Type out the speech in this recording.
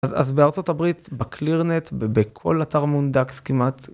אז בארה״ב בקלירנט ובכל אתר מונדקס כמעט.